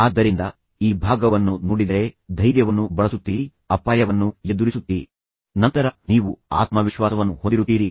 ತದನಂತರ ನೀವು ಇಬ್ಬರಿಗೂ ಕೆಲವು ಸಾಮಾನ್ಯ ಪ್ರಶ್ನೆಗಳನ್ನು ಸೇರಿಸಬಹುದು ಉದಾಹರಣೆಗೆ ನೀವು ವಿರೋಧದ ವಿರುದ್ಧ ಏಕೆ ಮದುವೆಯಾದಿರಿ